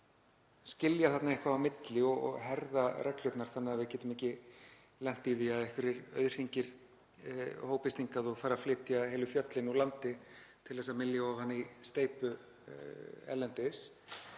að skilja þarna eitthvað á milli og herða reglurnar þannig að við getum ekki lent í því að einhverjir auðhringir hópist hingað og fari að flytja heilu fjöllin úr landi til að mylja ofan í steypu erlendis.